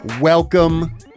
Welcome